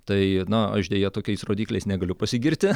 tai na aš deja tokiais rodikliais negaliu pasigirti